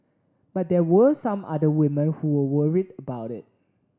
but there were some other women who were worried about it